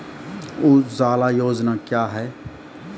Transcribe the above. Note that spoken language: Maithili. उजाला योजना क्या हैं?